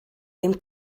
ddim